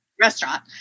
restaurant